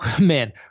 man